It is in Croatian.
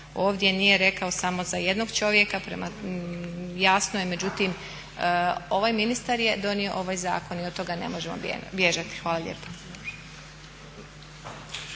ovdje nije rekao samo za jednog čovjeka. Jasno je međutim, ovaj ministar je donio ovaj zakon i od toga ne možemo bježati. Hvala lijepa.